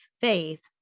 faith